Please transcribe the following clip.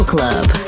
Club